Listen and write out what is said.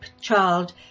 child